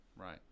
Right